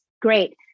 great